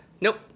Nope